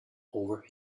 over